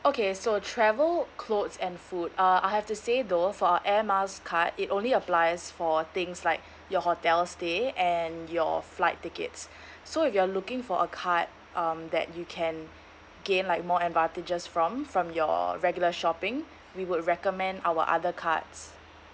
okay so travel clothes and food uh I have to say though for our air miles card it only applies for things like your hotel stay and your flight tickets so if you're looking for a card um that you can gain like more advantageous from from your regular shopping we would recommend our other cards